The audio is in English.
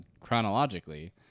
chronologically